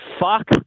fuck